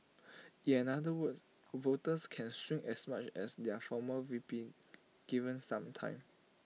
in another words voters can swing as much as their former V P given some time